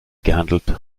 gehandelt